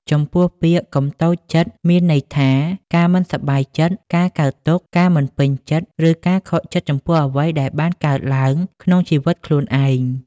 ចំពោះពាក្យ កុំតូចចិត្ត មានន័យថា ការមិនសប្បាយចិត្ត ការកើតទុក្ខ ការមិនពេញចិត្ត ឬការខកចិត្តចំពោះអ្វីដែលបានកើតឡើងក្នុងជីវិតខ្លួនឯង។